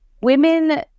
Women